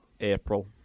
april